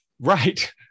Right